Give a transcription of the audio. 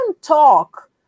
talk